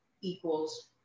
equals